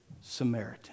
Samaritan